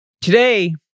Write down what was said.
Today